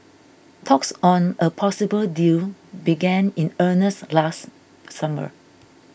talks on a possible deal began in earnest last summer